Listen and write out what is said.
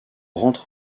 rentre